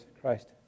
Christ